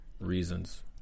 reasons